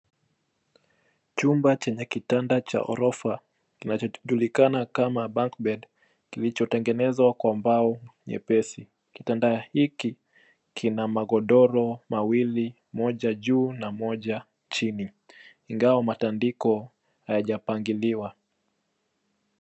Chumba chenye kitanda cha orofa kinachojulikana kama bunk bed kilichotengenezwa kwa mbao nyepesi. Kitanda hiki kina magodoro mawili; moja juu na moja chini, ingawa matandiko hayajapangiliwa.